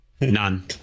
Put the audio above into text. None